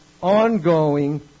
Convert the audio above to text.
ongoing